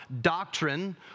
doctrine